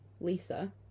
Lisa